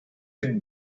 with